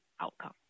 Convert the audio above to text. outcome